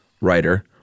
writer